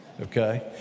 okay